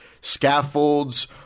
scaffolds